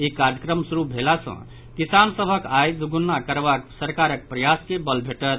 ई कार्यक्रम शुरू भेला सॅ किसान सभक आय दोगुना करबाक सरकारक प्रयास के बल भेटत